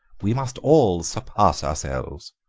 we must all surpass ourselves.